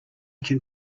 can